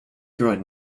through